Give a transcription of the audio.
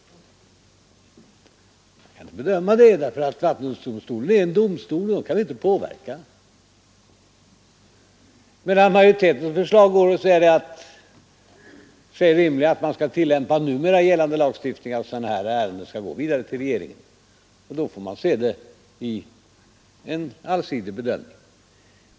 Jag kan inte bedöma detta, eftersom vattendomstolen är en domstol, och en sådan kan man inte påverka, men om majoritetens förslag går det att säga att det är rimligt att man skall tillämpa numera gällande lagstiftning när det här ärendet skall gå vidare till regeringen, och då får man göra en allsidig bedömning.